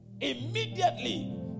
immediately